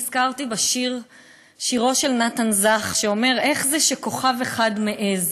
נזכרתי בשירו של נתן זך שאומר: "איך זה שכוכב אחד מעז"